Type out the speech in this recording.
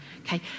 Okay